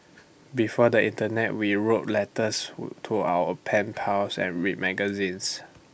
before the Internet we wrote letters to our pen pals and read magazines